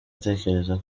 atekereza